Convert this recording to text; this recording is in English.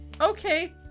Okay